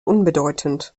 unbedeutend